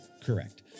Correct